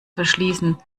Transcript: verschließen